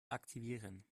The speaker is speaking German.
aktivieren